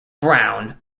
brown